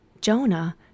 Jonah